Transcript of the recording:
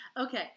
Okay